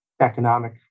economic